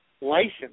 license